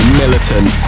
militant